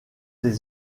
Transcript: des